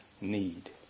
need